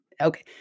okay